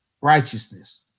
righteousness